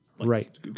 Right